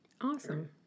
Awesome